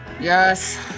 yes